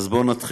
אז בואו נתחיל.